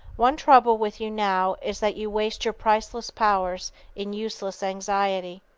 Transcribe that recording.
one trouble with you now is that you waste your priceless powers in useless anxiety.